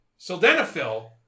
Sildenafil